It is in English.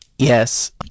Yes